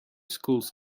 schools